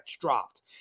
dropped